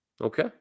okay